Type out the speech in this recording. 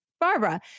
Barbara